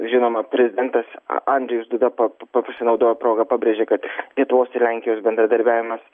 žinoma prezidentas andžejus duda pasinaudojo proga pabrėžė kad lietuvos ir lenkijos bendradarbiavimas